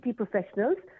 professionals